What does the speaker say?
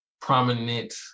prominent